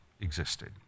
existed